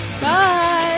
bye